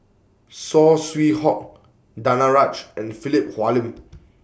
Saw Swee Hock Danaraj and Philip Hoalim